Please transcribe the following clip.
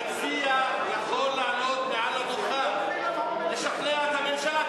המציע יכול לעלות מעל הדוכן, לשכנע את הממשלה.